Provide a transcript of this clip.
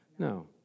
No